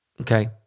okay